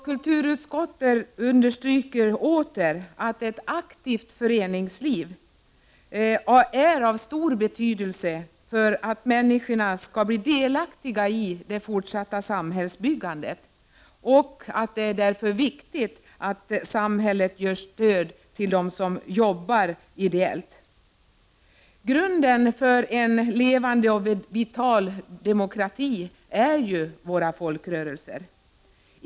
Kulturutskottet understryker åter att ett aktivt föreningsliv är av stor betydelse för att människorna skall bli delaktiga i det fortsatta samhällsbyggandet, och att det därför är viktigt att samhället ger stöd till dem som arbetar ideellt. Grunden för en levande och vital demokrati är våra folkrörelser.